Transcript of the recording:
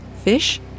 Fish